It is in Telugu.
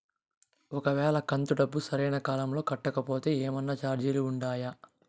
ఒక వేళ కంతు డబ్బు సరైన కాలంలో కట్టకపోతే ఏమన్నా చార్జీలు ఉండాయా?